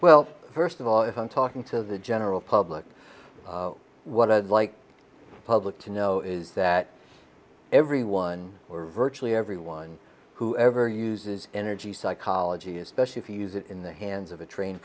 well first of all if i'm talking to the general public what i'd like public to know is that everyone virtually everyone who ever uses energy psychology especially if you use it in the hands of a trained